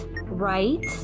Right